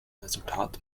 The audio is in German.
resultat